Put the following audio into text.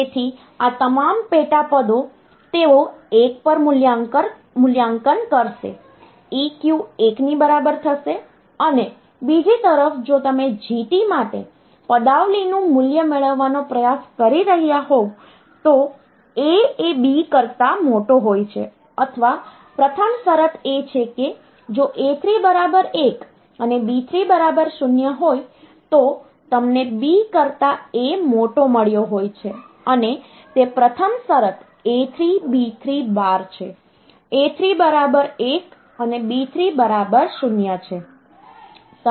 તેથી આ તમામ પેટા પદો તેઓ 1 પર મૂલ્યાંકન કરશે EQ 1 ની બરાબર થશે અને બીજી તરફ જો તમે GT માટે પદાવલિનું મૂલ્ય મેળવવાનો પ્રયાસ કરી રહ્યાં હોવ તો A એ B કરતા મોટો હોય છે અથવા પ્રથમ શરત એ છે કે જો A3 બરાબર 1 અને B3 બરાબર 0 હોય તો તમને B કરતાં A મોટો મળ્યો હોય છે અને તે પ્રથમ શરત A3B3 બાર છે A3 બરાબર 1 અને B3 બરાબર 0 છે